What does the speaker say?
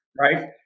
Right